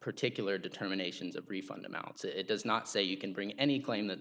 particular determinations of refund amounts it does not say you can bring any claim that the